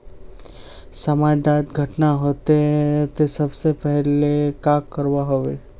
समाज डात घटना होते ते सबसे पहले का करवा होबे?